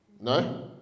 No